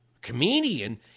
comedian